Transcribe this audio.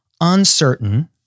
uncertain